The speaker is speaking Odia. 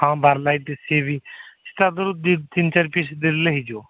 ହଁ ବାର୍ ଲାଇଟ୍ ସିଏ ବି ତାଧିଅରୁ ଦୁଇ ତିନି ଚାରି ପିସ୍ ଦେଲେ ହେଇଯିବ